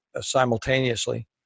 simultaneously